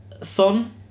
Son